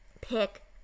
pick